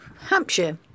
Hampshire